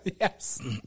Yes